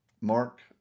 Mark